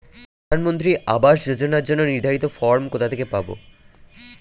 প্রধানমন্ত্রী আবাস যোজনার জন্য নির্ধারিত ফরম কোথা থেকে পাব?